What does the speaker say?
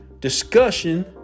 discussion